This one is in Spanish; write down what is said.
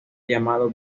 llamado